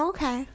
Okay